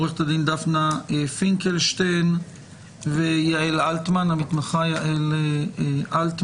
עורכת הדין דפנה פינקלשטיין והמתמחה יעל אלטמן.